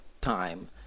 time